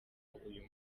uyu